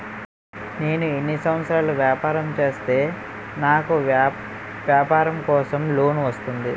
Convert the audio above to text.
నేను ఎన్ని సంవత్సరాలు వ్యాపారం చేస్తే నాకు వ్యాపారం కోసం లోన్ వస్తుంది?